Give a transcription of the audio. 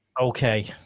Okay